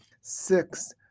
Six